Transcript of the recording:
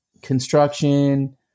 construction